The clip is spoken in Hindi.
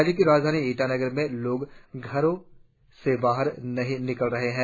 राज्य की राजधानी ईटानगर में लोग घरों से बाहर नहीं निकल रहे हैं